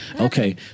Okay